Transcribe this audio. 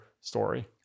story